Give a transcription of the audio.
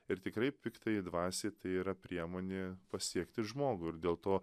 ir tikrai piktajai dvasiai tai yra priemonė pasiekti žmogų ir dėl to